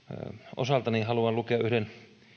osaltani haluan lukea yhden